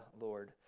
Lord